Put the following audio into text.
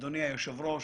אדוני היושב-ראש,